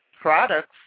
products